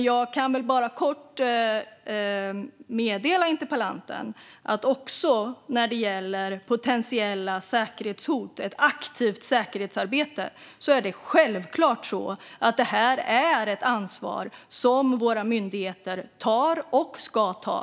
Jag kan bara kort meddela interpellanten att också när det gäller potentiella säkerhetshot och ett aktivt säkerhetsarbete är det självklart ett ansvar som våra myndigheter tar och ska ta.